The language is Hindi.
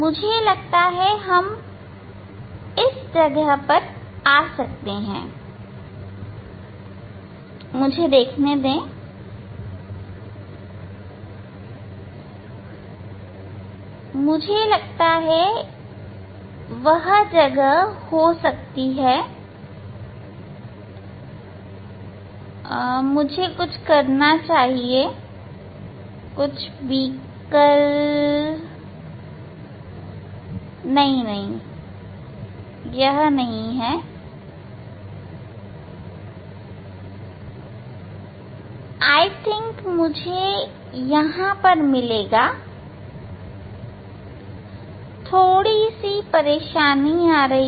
मुझे लगता है हम इस जगह पर आ सकते हैं मुझे देखने दे मुझे लगता है यह वह जगह हो सकती है परंतु मुझे कुछ करना चाहिए मैं नहीं जानता कुछ बीकर यह नहीं है हां मुझे लगता है यहां पर मुझे मिलेगा मुझे परेशानी आ रही है